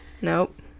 Nope